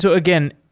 so again,